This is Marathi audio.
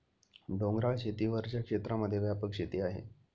डोंगराळ शेती वरच्या क्षेत्रांमध्ये व्यापक शेती आहे